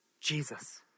Jesus